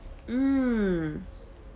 mm